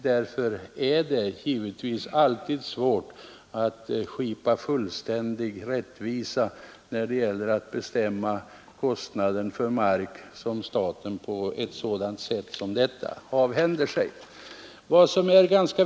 Därför är det givetvis svårt att alltid skipa fullständig rättvisa när det gäller att bestämma priset för mark som staten på ett sådant sätt som detta avhänder sig.